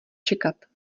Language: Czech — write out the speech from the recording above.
čekat